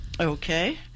Okay